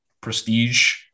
Prestige